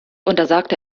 untersagte